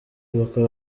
bakaba